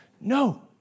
No